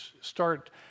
start